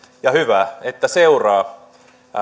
ja hyvä että seuraa